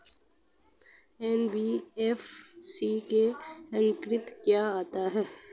NBFC के अंतर्गत क्या आता है?